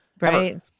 Right